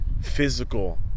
physical